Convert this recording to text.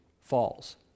falls